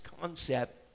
concept